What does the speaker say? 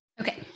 Okay